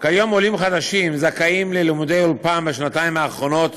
עולים חדשים זכאים ללימודי אולפן בשנתיים הראשונות